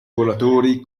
volatori